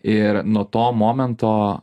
ir nuo to momento